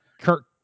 Kirk